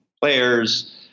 players